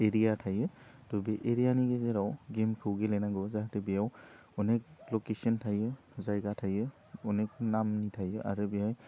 area थायो थह बे एरियानि गेजेराव गेमखौ गेलेनांगौ जाहाथे बेयाव अनेक लकेसन थायो जायगा थायो अनेक नामनि थायो आरो बेहाय